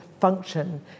function